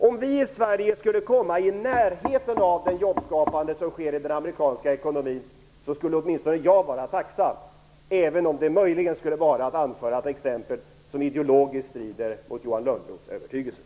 Om vi i Sverige skulle komma i närheten av det jobbskapande som sker i den amerikanska ekonomin skulle åtminstone jag vara tacksam, även om det möjligen skulle vara att anföra ett exempel som ideologiskt strider mot Johan Lönnroths övertygelse.